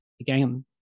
again